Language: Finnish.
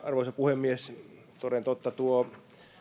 arvoisa puhemies toden totta tuo